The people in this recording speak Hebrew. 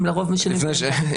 הם לרוב משנים --- ענבר,